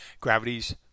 gravity's